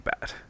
bad